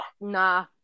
Nah